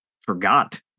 forgot